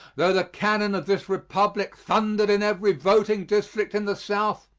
though the cannon of this republic thundered in every voting district in the south,